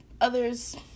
others